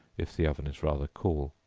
if the oven is rather cool.